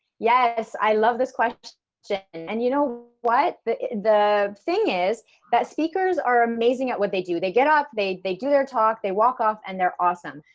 yeah yes, i love this question and you know what the thing is that speakers are amazing at what they do. they get on, they they do their talk, they walk off and they're awesome,